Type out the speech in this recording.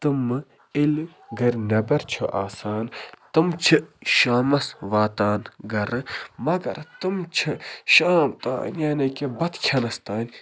تِمہٕ ییٚلہِ گَرِ نٮ۪بر چھِ آسان تِم چھِ شامَس واتان گَرٕ مگر تِم چھِ شام تام یعنی کہِ بتہٕ کھٮ۪نس تام